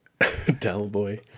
Delboy